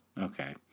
Okay